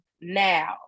now